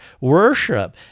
Worship